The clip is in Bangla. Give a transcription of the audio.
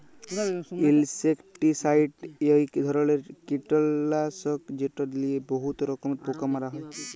ইলসেকটিসাইড ইক ধরলের কিটলাসক যেট লিয়ে বহুত রকমের পোকা মারা হ্যয়